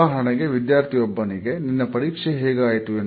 ಉದಾಹರಣೆಗೆ ವಿದ್ಯಾರ್ಥಿಯೊಬ್ಬನಿಗೆ " ನಿನ್ನ ಪರೀಕ್ಷೆ ಹೇಗಾಯಿತು